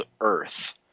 earth